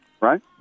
right